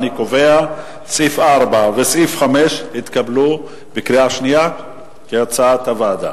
אני קובע שסעיף 4 וסעיף 5 התקבלו בקריאה שנייה כהצעת הוועדה.